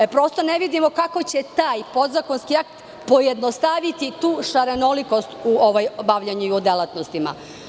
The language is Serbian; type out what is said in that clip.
Prosto ne vidimo kako će taj podzakonski akt pojednostaviti tu šarenolikost u obavljanju delatnosti.